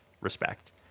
respect